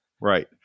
Right